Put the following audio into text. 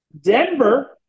Denver